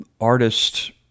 artist